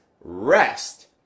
rest